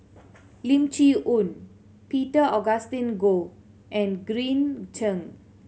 Lim Chee Onn Peter Augustine Goh and Green Zeng